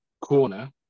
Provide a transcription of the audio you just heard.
corner